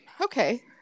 Okay